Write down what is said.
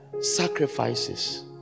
Sacrifices